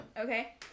Okay